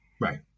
Right